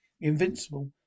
Invincible